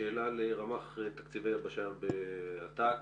שאלה לרמ"ח תקציבי יבשה באת"ק.